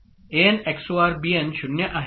an XOR BN 0 आहे